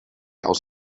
aus